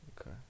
okay